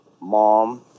mom